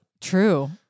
True